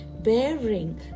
bearing